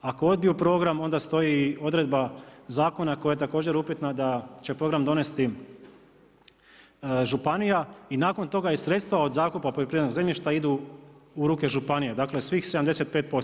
Ako odbiju program, onda stoji i odredba zakona koja je također upitna da će program donesti županija i nakon toga i sredstva od zakupa poljoprivrednog zemljišta idu u ruke županije, dakle svih 75%